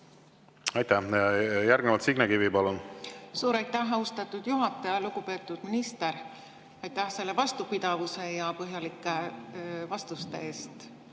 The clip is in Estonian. palun! Järgnevalt Signe Kivi, palun! Suur aitäh, austatud juhataja! Lugupeetud minister! Aitäh selle vastupidavuse ja põhjalike vastuste eest